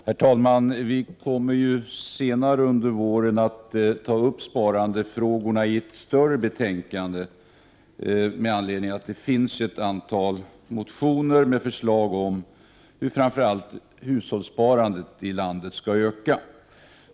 Herr talman! Vi kommer senare under våren att ta upp sparandefrågorna i ett större betänkande med anledning av att det finns ett antal motioner med förslag om hur framför allt hushållssparandet ute i landet skall öka.